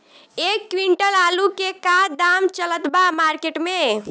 एक क्विंटल आलू के का दाम चलत बा मार्केट मे?